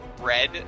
red